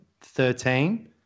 Thirteen